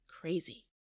crazy